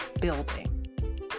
building